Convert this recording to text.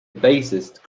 bassist